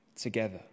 together